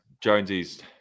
Jonesy's